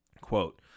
Quote